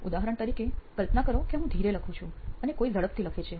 ઉદાહરણ તરીકે કલ્પના કરો કે હું ધીરે લખું છું અને કોઈ ઝડપથી લખે છે